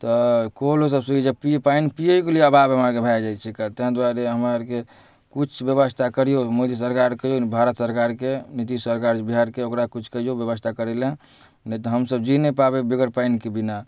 तऽ कलोसब सुखि जाइ जब पिए पानि पिएकेलिए अभाव हमरा आओरके भऽ जाइ छै तऽ ताहि दुआरे हमरा आओरके किछु बेबस्था करिऔ मोदी सरकारके कहिऔ ने भारत सरकारके नितीश सरकार जे बिहारके ओकरा किछु कहिऔ बेबस्था करैलए नहि तऽ हमसभ जीबि नहि पेबै बेगर पानिके बिना